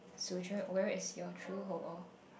where is your true home orh